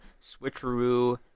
Switcheroo